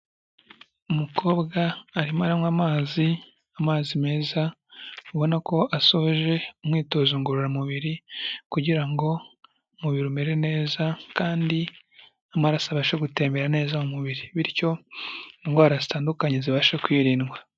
Umukobwa arimo aranywa amazi, amazi meza ubona ko asoje umwitozo ngorora mubiri kugira ngo umubiri umere neza kandi n'amaraso abashe gutembera neza mu mubiri bityo indwara zitandukanye zibashe kwirindwa.